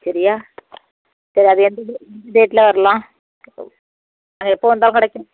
சரியா சரி அது எந்த டே எந்த டேட்டில் வரலாம் நாங்கள் எப்போது வந்தால் கிடைக்கும்